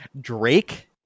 Drake